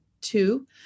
two